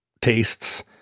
tastes